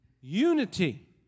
Unity